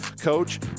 Coach